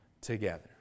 together